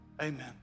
Amen